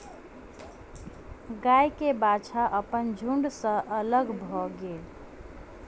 गाय के बाछा अपन झुण्ड सॅ अलग भअ गेल